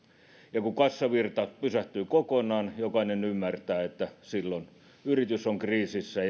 ja kun kassavirta pysähtyy kokonaan jokainen ymmärtää että silloin yritys on kriisissä